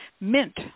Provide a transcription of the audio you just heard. Mint